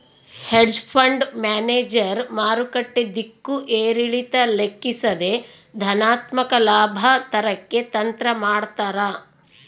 hedge fund manager ಮಾರುಕಟ್ಟೆ ದಿಕ್ಕು ಏರಿಳಿತ ಲೆಕ್ಕಿಸದೆ ಧನಾತ್ಮಕ ಲಾಭ ತರಕ್ಕೆ ತಂತ್ರ ಮಾಡ್ತಾರ